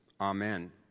Amen